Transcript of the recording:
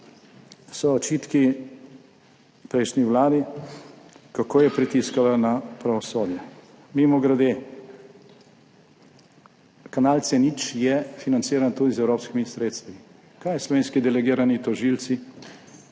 so očitki prejšnji vladi, kako je pritiskala na pravosodje. Mimogrede, kanal C0 je financiran tudi z evropskimi sredstvi. Kaj slovenski delegirani tožilci